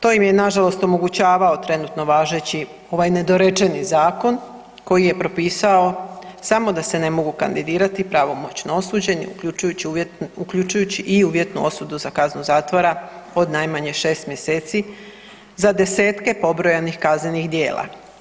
To im je nažalost omogućavao trenutno važeći ovaj nedorečeni zakon koji je propisao samo da se ne mogu kandidirati pravomoćno osuđeni uključujući i uvjetnu osudu za kaznu zatvora od najmanje 6 mjeseci za desetke pobrojanih kaznenih djela.